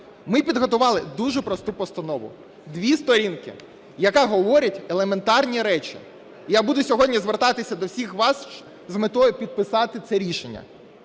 Ми підготували дуже просту постанову, 2 сторінки, яка говорить елементарні речі. Я буду сьогодні звертатися до всіх вас з метою підписати це рішення.